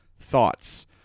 Thoughts